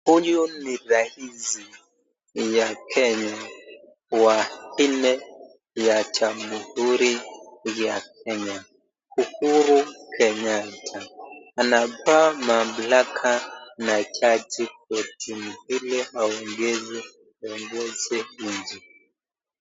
Huyu rais ya kenya wa nne ya jamuhuri ya kenya Uhuru Kenyatta anapewa mamlaka na jaji kotini ili aongoze uongozi nchini humu.